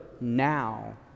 now